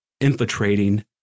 infiltrating